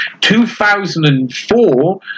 2004